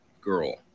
girl